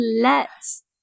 lets